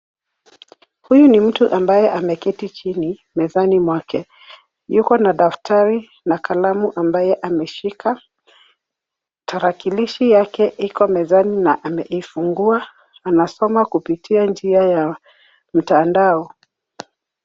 Huyu ni mtu ambaye ameketi chini mezani mwake. Yuko na daftari na kalamu ambaye ameshika. Tarakilishi yake iko mezani na ameifungua. Anasoma kupitia njia ya mtandao.